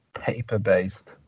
paper-based